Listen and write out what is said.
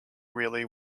really